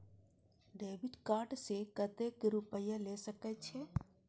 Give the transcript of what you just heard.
Debit card से कतेक रूपया ले सके छै?